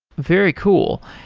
very cool.